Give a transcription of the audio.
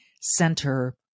center